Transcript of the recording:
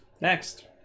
Next